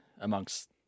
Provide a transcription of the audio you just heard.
amongst